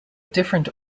different